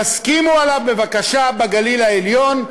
תסכימו עליו בבקשה בגליל העליון,